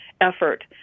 effort